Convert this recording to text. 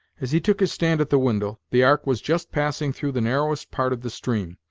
as he took his stand at the window, the ark was just passing through the narrowest part of the stream,